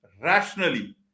rationally